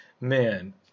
man